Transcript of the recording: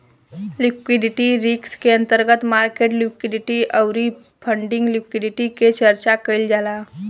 liquidity risk के अंतर्गत market liquidity अउरी फंडिंग लिक्विडिटी के चर्चा कईल जाला